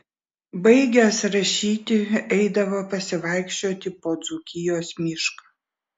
baigęs rašyti eidavo pasivaikščioti po dzūkijos mišką